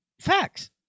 Facts